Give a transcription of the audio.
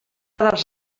dels